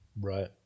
Right